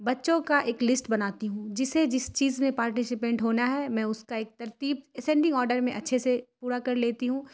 بچوں کا ایک لسٹ بناتی ہوں جسے جس چیز میں پارٹیسپینٹ ہونا ہے میں اس کا ایک ترتیب اسینڈنگ آرڈر میں اچھے سے پورا کر لیتی ہوں